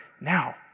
now